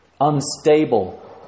unstable